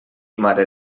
mare